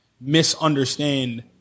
misunderstand